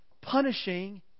punishing